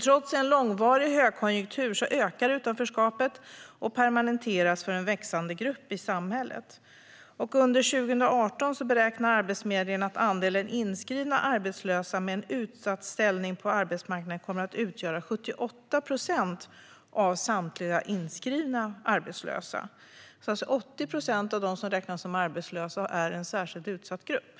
Trots en långvarig högkonjunktur ökar utanförskapet och permanentas för en växande grupp i samhället. Under 2018 beräknar Arbetsförmedlingen att andelen inskrivna arbetslösa med en utsatt ställning på arbetsmarknaden kommer att utgöra 78 procent av samtliga inskrivna arbetslösa. Det är alltså ungefär 80 procent av dem som räknas om arbetslösa som är en särskilt utsatt grupp.